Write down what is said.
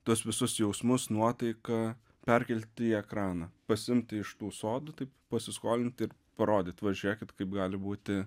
tuos visus jausmus nuotaiką perkelti į ekraną pasiimti iš tų sodų taip pasiskolinti ir parodyt va žiūrėkit kaip gali būti